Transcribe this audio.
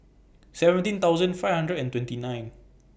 seventeen thousand five hundred and twenty nine